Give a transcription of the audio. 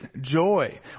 joy